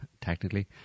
technically